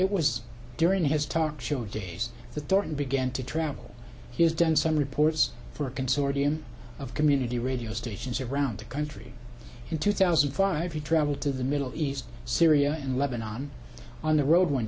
it was during his talk show days the thorton began to travel he's done some reports for a consortium of community radio stations around the country in two thousand and five you travel to the middle east syria and lebanon on the road one